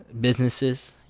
Businesses